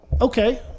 okay